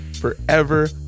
forever